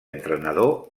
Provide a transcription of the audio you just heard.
entrenador